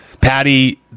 Patty